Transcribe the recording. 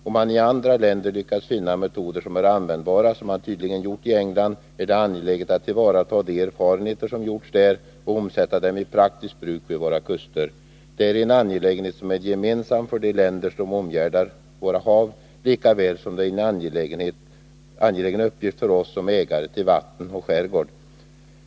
Om man i andra länder har lyckats finna metoder som är användbara, vilket man tydligen gjort i England, är det angeläget att tillvarata de erfarenheter som gjorts där och omsätta dem i praktiskt bruk vid våra kuster. Det är en angelägenhet som är gemensam för de länder som omgärdar våra hav, lika väl som det är en angelägen uppgift för oss som ägare till vatten och skärgård.